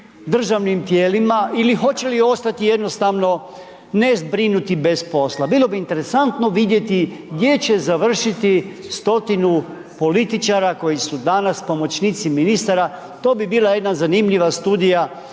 državnim tijelima ili hoće li ostati jednostavno ne zbrinuti bez posla? Bilo bi interesantno vidjeti gdje će završiti 100-tinu političara koji su danas pomoćnici ministara, to bi bila jedna zanimljiva studija